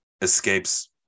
escapes